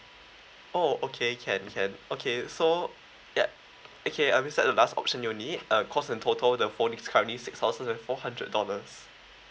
oh okay can can okay so ya okay uh I've already set the last option you'll need uh cost in total the phone is currently six thousand and four hundred dollars